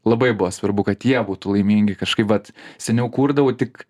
labai buvo svarbu kad jie būtų laimingi kažkaip vat seniau kurdavau tik